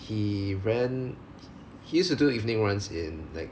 he ran he used to do evening runs in like